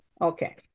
Okay